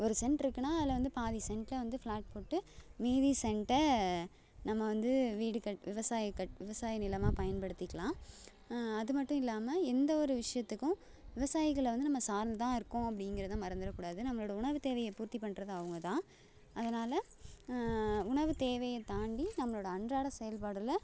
ஒரு சென்ட் இருக்குன்னால் அதில் வந்து பாதி சென்ட்டில் வந்து ஃப்ளேட் போட்டு மீதி சென்ட்டை நம்ம வந்து வீடு கட் விவசாய கட் விவசாய நிலமாக பயன்படுத்திக்கலாம் அது மட்டும் இல்லாமல் எந்த ஒரு விஷயத்துக்கும் விவசாயிகளை வந்து நம்ம சார்ந்து தான் இருக்கோம் அப்படிங்கறத மறந்திடக்கூடாது நம்மளோடய உணவு தேவையை பூர்த்தி பண்ணுறது அவங்க தான் அதனால் உணவு தேவையை தாண்டி நம்மளோடய அன்றாட செயல்பாடில்